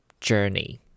journey